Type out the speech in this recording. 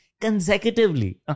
consecutively